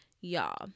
y'all